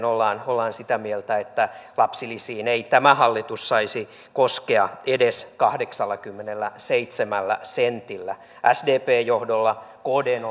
ollaan ollaan sitä mieltä että lapsilisiin ei tämä hallitus saisi koskea edes kahdeksallakymmenelläseitsemällä sentillä sdpn johdolla kdn